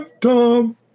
Tom